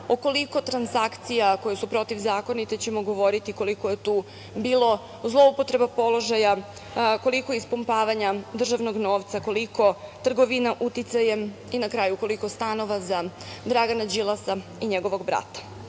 o koliko transakcija koje su protivzakonite ćemo govoriti, koliko je tu bilo zloupotreba položaja, koliko ispumpavanja državnog novca, koliko trgovina uticajem i koliko stanova za Dragana Đilasa i njegovog